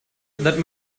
that